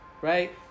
Right